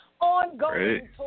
Ongoing